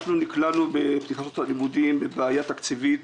בתחילת שנת הלימודים נקלענו לבעיה תקציבית